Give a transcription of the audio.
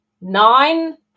nine